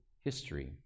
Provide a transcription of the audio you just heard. history